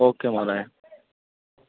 okay म्हाराज